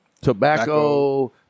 tobacco